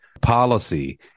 policy